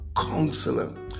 counselor